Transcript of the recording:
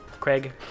Craig